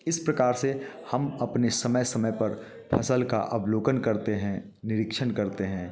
इस प्रकार से हम अपने समय समय पर फसल का अवलोकन करते हैं निरिक्षण करते है